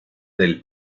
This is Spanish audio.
del